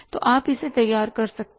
तो आप इसे तैयार कर सकते हैं